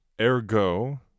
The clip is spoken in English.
Ergo